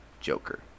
Joker